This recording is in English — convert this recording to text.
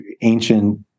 ancient